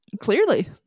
Clearly